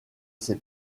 ses